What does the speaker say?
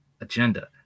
agenda